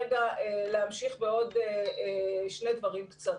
רגע להמשיך בעוד שני דברים קצרים.